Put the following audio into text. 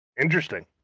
interesting